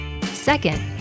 Second